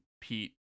pete